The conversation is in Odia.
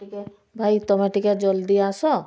ଟିକେ ଭାଇ ତମେ ଟିକେ ଜଲ୍ଦି ଆସ